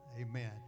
Amen